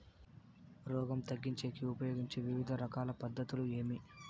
రోగం తగ్గించేకి ఉపయోగించే వివిధ రకాల పద్ధతులు ఏమి?